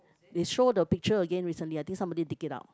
they show the picture again recently I think somebody take it out